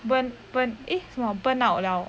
burn burn eh 什么 burn out liao